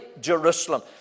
Jerusalem